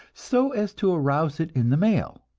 so as to arouse it in the male,